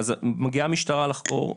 והמשטרה מגיעה לחקור,